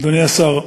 אדוני השר,